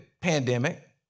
pandemic